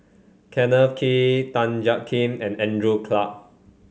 Kenneth Kee Tan Jiak Kim and Andrew Clarke